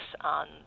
on